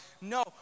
No